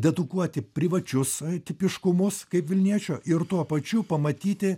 dedukuoti privačius tipiškumus kaip vilniečio ir tuo pačiu pamatyti